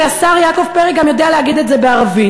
והשר יעקב פרי גם יודע להגיד את זה בערבית,